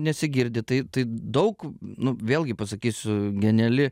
nesigirdi tai daug nu vėlgi pasakysiu geniali